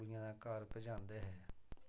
कुड़ियें दे घर पजांदे हे